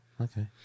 Okay